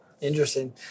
Interesting